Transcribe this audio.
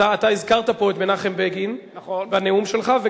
אתה הזכרת פה את מנחם בגין בנאום שלך, נכון.